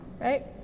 right